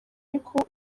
ariko